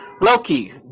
Loki